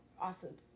awesome